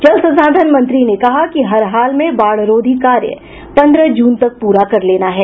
जल संसाधन मंत्री ने कहा कि हर हाल में बाढ़रोधी कार्य पंद्रह जून तक पूरा कर लेना है